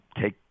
take